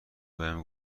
بهم